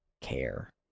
care